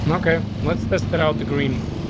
okay, let's test it out. the green one.